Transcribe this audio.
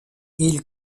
ils